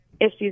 issues